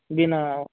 बिना